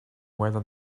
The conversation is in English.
whether